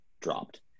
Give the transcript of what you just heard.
dropped